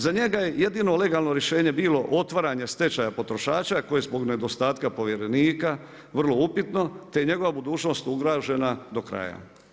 Za njega je jedino legalno rješenje bilo otvaranje stečaja potrošača koji je zbog nedostatka povjerenika vrlo upitno te je njegova budućnost ugrožena do kraja.